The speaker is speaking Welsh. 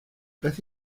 beth